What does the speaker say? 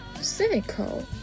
cynical